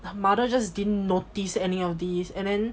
the mother just didn't notice any of these and then